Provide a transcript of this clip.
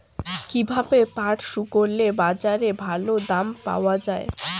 কীভাবে পাট শুকোলে বাজারে ভালো দাম পাওয়া য়ায়?